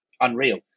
Unreal